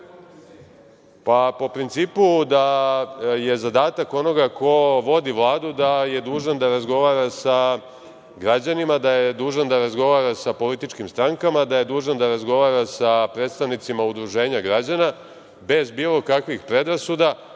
principu da je zadatak onoga ko vodi Vladu da je dužan da razgovara sa građanima, da je dužan da razgovara sa političkim strankama, da je dužan da razgovora sa predstavnicima udruženja građana bez bilo kakvih predrasuda